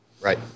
Right